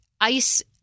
ICE